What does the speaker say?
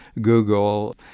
Google